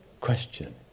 question